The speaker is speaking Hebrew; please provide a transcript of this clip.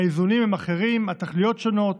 האיזונים הם אחרים, התכליות שונות,